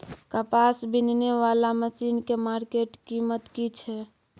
कपास बीनने वाला मसीन के मार्केट कीमत की छै?